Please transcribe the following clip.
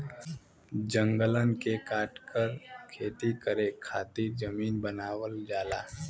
जंगलन के काटकर खेती करे खातिर जमीन बनावल जाला